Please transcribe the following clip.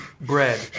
Bread